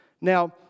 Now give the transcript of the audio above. Now